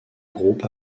groupe